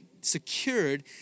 secured